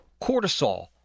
cortisol